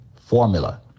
formula